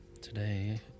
Today